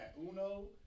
Uno